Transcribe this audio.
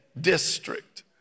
District